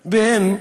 והן: